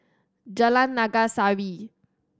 Jalan Naga Sari